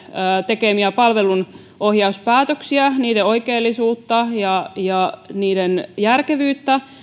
tekemiä palvelunohjauspäätöksiä niiden oikeellisuutta ja ja niiden järkevyyttä